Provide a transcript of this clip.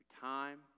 time